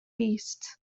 beasts